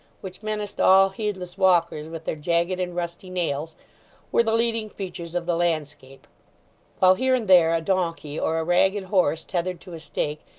which menaced all heedless walkers with their jagged and rusty nails were the leading features of the landscape while here and there a donkey, or a ragged horse, tethered to a stake,